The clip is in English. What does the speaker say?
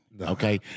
okay